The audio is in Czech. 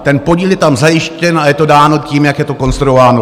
Ten podíl je tam zajištěn a je to dáno tím, jak je to konstruováno.